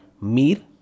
Mir